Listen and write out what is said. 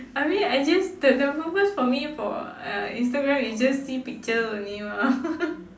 I mean I just the the purpose for me for uh instagram is just see picture only mah